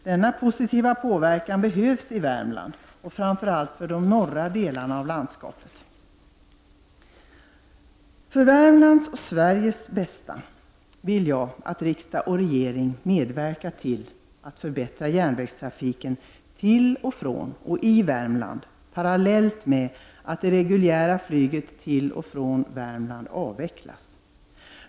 Denna positiva påverkan behövs i Värmland, framför allt i de norra delarna av landskapet. med att det reguljära flyget till och från Värmland avvecklas.